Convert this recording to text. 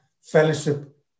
fellowship